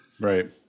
right